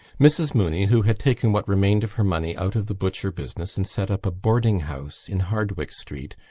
mrs. mooney, who had taken what remained of her money out of the butcher business and set up a boarding house in hardwicke street,